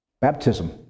Baptism